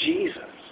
Jesus